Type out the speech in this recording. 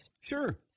Sure